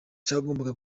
cyagombaga